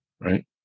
Right